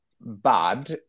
Bad